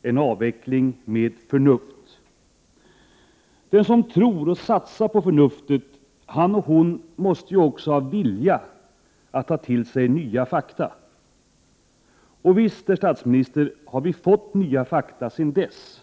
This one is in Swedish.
för en avveckling med förnuft. Men den som tror och satsar på förnuftet måste också ha viljan att ta till sig nya fakta. Visst har vi, herr statsminister, fått nya fakta sedan dess!